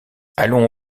allons